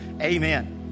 Amen